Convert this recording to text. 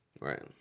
Right